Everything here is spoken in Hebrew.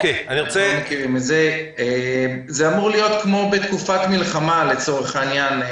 זה אמור להיות כמו בתקופת מלחמה, לצורך העניין.